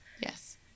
Yes